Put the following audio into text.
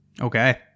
Okay